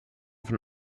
von